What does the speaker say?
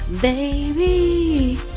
baby